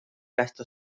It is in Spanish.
gasto